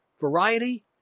variety